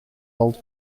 old